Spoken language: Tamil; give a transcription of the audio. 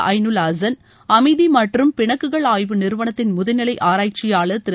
அய்னுல் ஹாசன் அமைதி மற்றும் பிணக்குகள் ஆய்வு நிறுவனத்தின் முதுநிலை ஆராய்ச்சியாளர் திரு